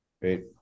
Great